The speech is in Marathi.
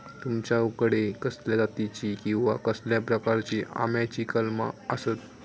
तुमच्याकडे कसल्या जातीची किवा कसल्या प्रकाराची आम्याची कलमा आसत?